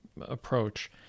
approach